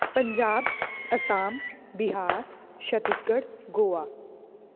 Punjab Assam Bihar Chhattisgarh Goa